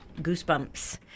goosebumps